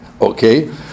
Okay